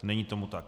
Není tomu tak.